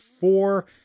four